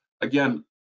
again